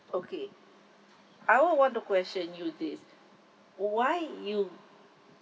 okay I won't want to question you this why you